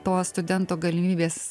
to studento galimybės